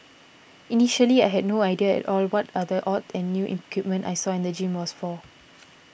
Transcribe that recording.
initially I had no idea at all what are the odd and new equipment I saw in the gym was for